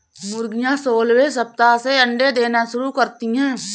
मुर्गियां सोलहवें सप्ताह से अंडे देना शुरू करती है